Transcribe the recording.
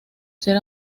ser